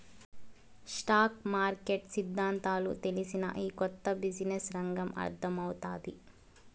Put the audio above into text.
stock market సిద్దాంతాలు తెల్సినా, ఈ కొత్త బిజినెస్ రంగం అర్థమౌతాది